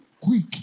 quick